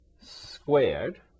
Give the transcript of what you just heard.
squared